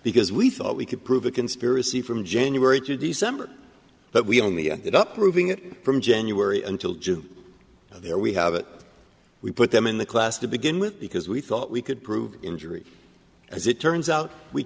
because we thought we could prove a conspiracy from january to december but we on the it up proving it from january until june so there we have it we put them in the class to begin with because we thought we could prove injury as it turns out we